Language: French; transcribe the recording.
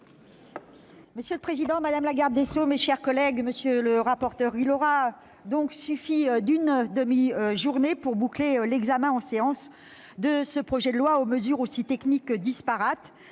Monsieur le président, madame la garde des sceaux, mes chers collègues, il aura suffi d'une demi-journée pour boucler l'examen en séance de ce projet de loi aux dispositions aussi techniques que disparates